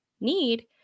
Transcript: need